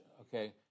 Okay